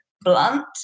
blunt